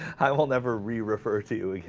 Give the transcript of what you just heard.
i will never be referred to